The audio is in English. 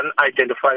unidentified